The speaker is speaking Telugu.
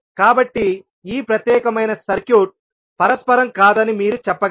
కాబట్టి ఈ ప్రత్యేకమైన సర్క్యూట్ పరస్పరం కాదని మీరు చెప్పగలరు